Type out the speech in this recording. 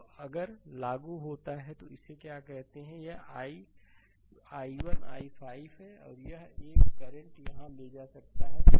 तो अगर लागू होता है तो इसे क्या कहते हैं और यह i1 i5 है एक और करंट यहाँ ले जा सकता है